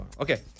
Okay